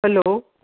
hello